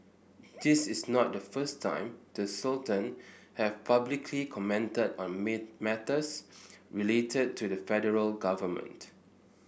this is not the first time the Sultan has publicly commented on matters related to the federal government